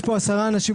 יש פה עשרה אנשים,